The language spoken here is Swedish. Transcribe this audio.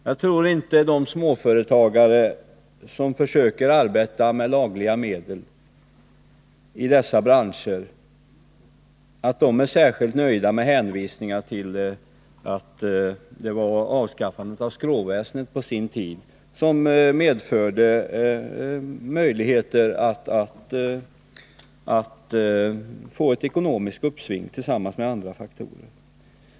Jag tror inte att de småföretagare som försöker arbeta med lagliga medel i dessa branscher är särskilt nöjda med hänvisningar till att det var avskaffandet av skråväsendet som på sin tid — tillsammans med andra faktorer — medförde möjligheter att få ett ekonomiskt uppsving.